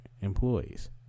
employees